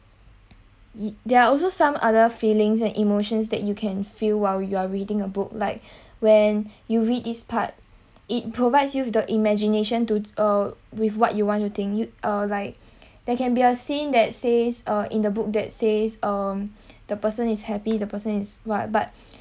there are also some other feelings and emotions that you can feel while you're reading a book like when you read this part it provides you with the imagination to uh with what you want you think you uh like that can be seen that says uh in the book that says um the person is happy the person is what but